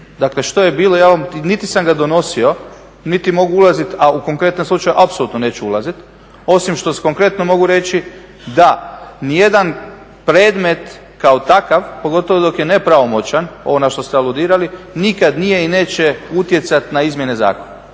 Dakle, što je bilo ja vam, niti sam ga donosio, niti mogu ulaziti, a u konkretan slučaj apsolutno neću ulaziti osim što konkretno mogu reći da ni jedan predmet kao takav pogotovo dok je nepravomoćan ovo na što ste aludirali nikad nije i neće utjecati na izmjene zakona